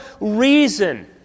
reason